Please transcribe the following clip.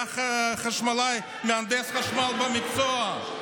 הוא היה מהנדס חשמל במקצועו,